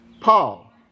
Paul